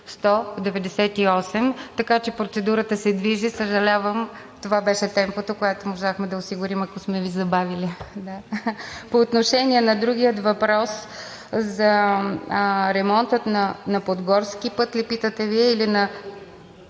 така че процедурата се движи. Съжалявам, това беше темпото, което можахме да осигурим, ако сме Ви забавили. По отношение на другия въпрос: за ремонта на „Подгорски път“ ли питате Вие,